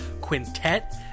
Quintet